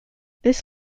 this